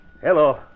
Hello